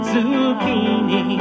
Zucchini